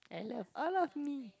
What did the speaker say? I love all of me